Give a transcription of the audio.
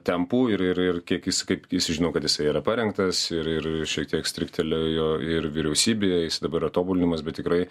tempų ir ir ir kiek jis kaip kai jis žino kad jisai yra parengtas ir ir šiek tiek striktelėjo ir vyriausybėje jis dabar yra tobulinimas bet tikrai